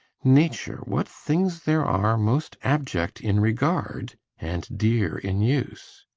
nature, what things there are most abject in regard and dear in use!